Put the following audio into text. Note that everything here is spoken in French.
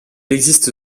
existe